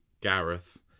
Gareth